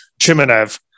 Chimenev